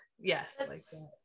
yes